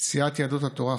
סיעת יהדות התורה,